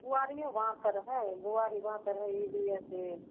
बुआरिओ बाँतर हइ बुआरी बाँतर हइ एहिलिए कि